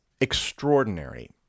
extraordinary